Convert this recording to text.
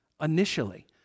initially